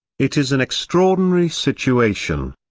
it is an extraordinary situation.